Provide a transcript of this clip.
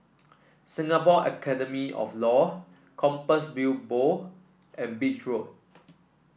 Singapore Academy of Law Compassvale Bow and Beach Road